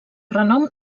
renom